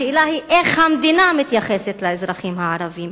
השאלה היא איך המדינה מתייחסת לאזרחים הערבים.